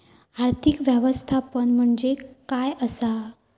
आर्थिक व्यवस्थापन म्हणजे काय असा?